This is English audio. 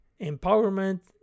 Empowerment